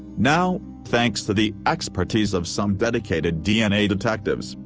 now, thanks to the expertise of some dedicated dna detectives,